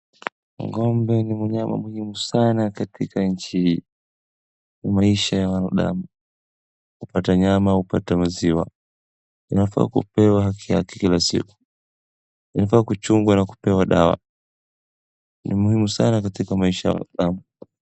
Ng'ombe ni mnyama muhimu sana katika maisha ya wanadamu hupata nyama hupata maziwa. Inafaa kupewa haki yake kila siku, inafaa kuchungwa na kupewa dawa. Ni muhimu sana katika maisha ya wanadamu.